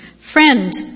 Friend